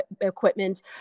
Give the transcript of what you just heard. equipment